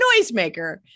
noisemaker